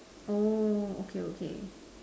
oh okay okay